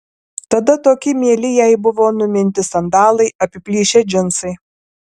tada tokie mieli jai buvo numinti sandalai apiplyšę džinsai